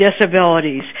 disabilities